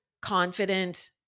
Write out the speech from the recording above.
confident